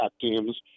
teams